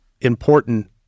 important